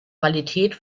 qualität